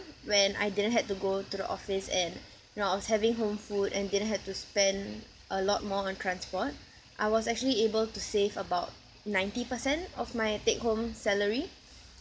when I didn't had to go to the office and know I was having home food and didn't have to spend a lot more on transport I was actually able to save about ninety percent of my take home salary